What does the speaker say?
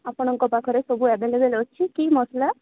ଆପଣଙ୍କ ପାଖରେ ସବୁ ଏଭେଲେବଲ୍ ଅଛି କି ମସଲା